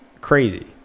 crazy